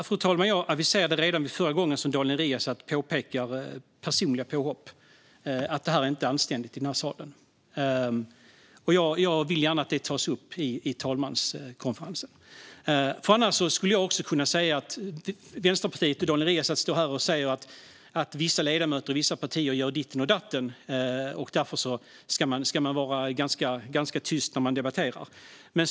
Fru talman! Jag aviserade redan förra gången Daniel Riazat ägnade sig åt personliga påhopp att detta inte är anständigt i denna sal. Jag vill gärna att det tas upp i talmanskonferensen. Vänsterpartiet och Daniel Riazat står här och säger att vissa ledamöter från vissa partier gör ditten och datten och att man därför ska vara ganska tyst när man debatterar.